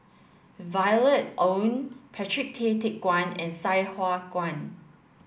Violet Oon Patrick Tay Teck Guan and Sai Hua Kuan